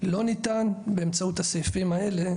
לא ניתן באמצעות הסעיפים האלה